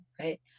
right